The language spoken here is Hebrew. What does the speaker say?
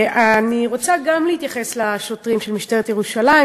אני רוצה גם להתייחס לשוטרים של משטרת ירושלים,